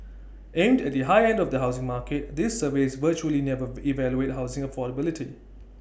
aimed at the high end of the housing market these surveys virtually never evaluate housing affordability